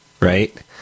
right